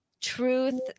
truth